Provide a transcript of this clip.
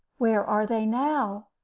where are they now?